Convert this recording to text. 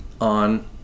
on